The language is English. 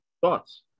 Thoughts